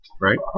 right